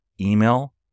email